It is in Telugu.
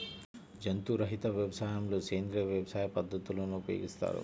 జంతు రహిత వ్యవసాయంలో సేంద్రీయ వ్యవసాయ పద్ధతులను ఉపయోగిస్తారు